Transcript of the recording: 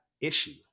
issue